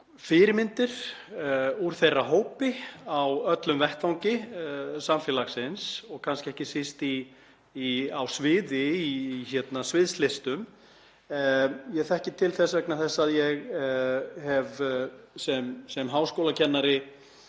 fyrirmyndir úr þeirra hópi á öllum vettvangi samfélagsins og kannski ekki síst á sviði, í sviðslistum. Ég þekki til þess vegna þess að ég hef sem háskólakennari